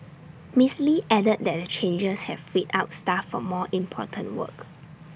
miss lee added that the changes have freed up staff for more important work